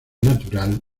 natural